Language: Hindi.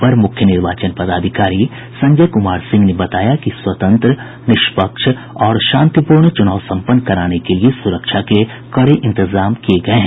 अपर मुख्य निर्वाचन पदाधिकारी संजय कुमार सिंह ने बताया कि स्वतंत्र निष्पक्ष और शांतिपूर्ण चुनाव सम्पन्न कराने के लिए सुरक्षा के कड़े इंतजाम किये गये हैं